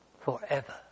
forever